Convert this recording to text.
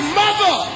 mother